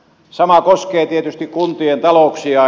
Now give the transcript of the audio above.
sama koskee tietysti kuntien talouksia